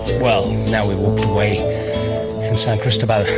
well, now we've walked away in san cristobal,